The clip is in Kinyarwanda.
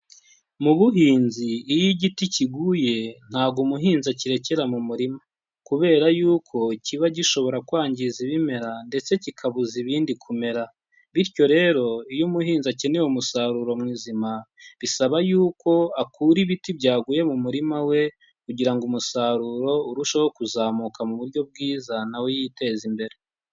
Mu buhinzi iyo igiti kiguye ntago umuhinzi akirekera mu murima, kubera yuko kiba gishobora kwangiza ibimera ndetse kikabuza ibindi kumera, bityo rero iyo umuhinzi akeneye umusaruro muzima bisaba yuko akura ibiti byaguye mu murima we, kugira ngo umusaruro urusheho kuzamuka mu buryo bwiza na we yiteze imbere.